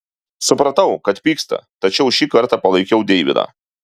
supratau kad pyksta tačiau šį kartą palaikiau deividą